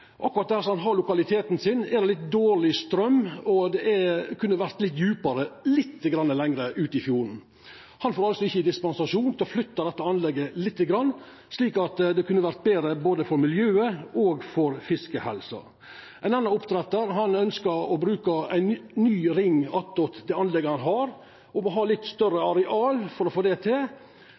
fjord. Akkurat der han har lokaliteten sin, er det litt dårleg straum, og det kunne vore litt djupare – som det er litt lenger ut i fjorden. Han får ikkje dispensasjon til å flytta dette anlegget litt, slik at det kunne vorte betre både for miljøet og for fiskehelsa. Ein annan oppdrettar ønskjer å bruka ein ny ring attåt det anlegget han har – og må ha litt større areal for å få det til